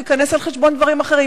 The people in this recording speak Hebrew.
הוא ייכנס על חשבון דברים אחרים?